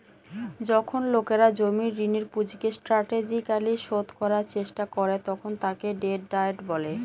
যখন লোকেরা জমির ঋণের পুঁজিকে স্ট্র্যাটেজিকালি শোধ করার চেষ্টা করে তখন তাকে ডেট ডায়েট বলে